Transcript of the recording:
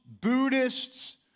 Buddhists